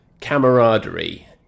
camaraderie